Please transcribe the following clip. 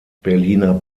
berliner